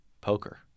poker